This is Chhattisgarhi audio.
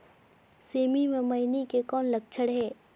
सेमी मे मईनी के कौन लक्षण हे?